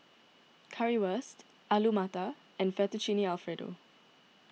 Currywurst Alu Matar and Fettuccine Alfredo